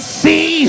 see